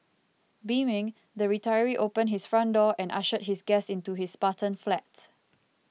beaming the retiree opened his front door and ushered his guest into his spartan flat